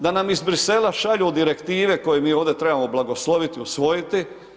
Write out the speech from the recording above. Da nam iz Bruxellesa šalju direktive koje mi ovdje trebamo blagosloviti i usvojiti.